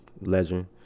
legend